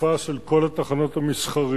בתקופה של כל התחנות המסחריות,